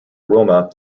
roma